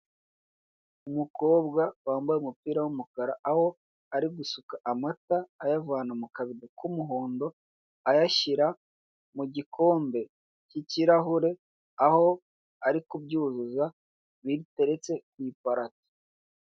Umukobwa wambaye umupira w'umukara aho arigusuka amata ayavana mu kabido k'umuhondo ayashyira mu gikombe k'ikirahure aho ari kubyuzuza biteretse ku iparato.